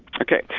okay.